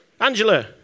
Angela